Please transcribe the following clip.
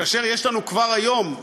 כאשר יש לנו כבר היום,